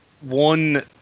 one